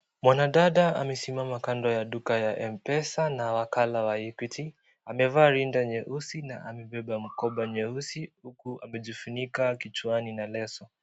Mwanadada amesimama kando ya duka ya m-pesa na wakala wa equity .Amevaa linda nyeusi ,na amebeba mkoba nyeusi huku amejifunika kichwani na leso.